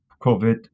COVID